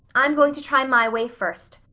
i'm going to try my way first,